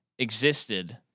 existed